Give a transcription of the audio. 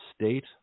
state